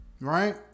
right